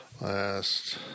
Last